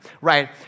right